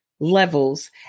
levels